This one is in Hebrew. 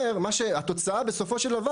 התוצאה בסופו של דבר,